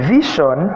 Vision